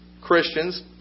Christians